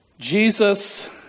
Jesus